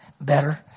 better